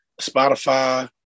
Spotify